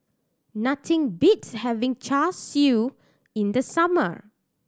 nothing beats having Char Siu in the summer